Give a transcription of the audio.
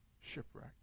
shipwreck